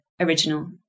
original